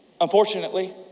Unfortunately